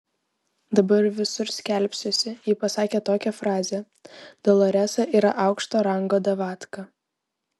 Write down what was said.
dabar visur skelbsiuosi ji pasakė tokią frazę doloresa yra aukšto rango davatka